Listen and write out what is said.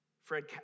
Fred